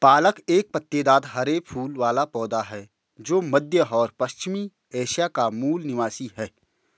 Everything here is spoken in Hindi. पालक एक पत्तेदार हरे फूल वाला पौधा है जो मध्य और पश्चिमी एशिया का मूल निवासी है